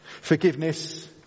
Forgiveness